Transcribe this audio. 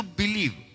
believe